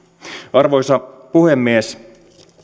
arvoisa puhemies